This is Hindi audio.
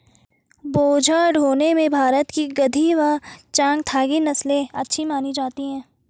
बोझा ढोने में भारत की गद्दी व चांगथागी नस्ले अच्छी मानी जाती हैं